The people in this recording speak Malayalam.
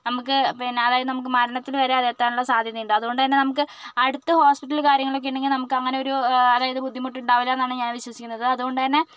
നമുക്ക് പിന്നെ അതായത് നമുക്ക് മരണത്തിന് വരെ അത് എത്താനുള്ള സാദ്ധ്യതയുണ്ട് അതു കൊണ്ട് തന്നെ നമുക്ക് അടുത്ത് ഹോസ്പിറ്റൽ കാര്യങ്ങളൊക്കെയുണ്ടെങ്കിൽ നമുക്ക് അങ്ങനൊരു അതായത് ബുദ്ധിമുട്ടുണ്ടാവില്ല എന്നാണ് ഞാൻ വിശ്വസിക്കുന്നത് അതുകൊണ്ട് തന്നെ